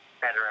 better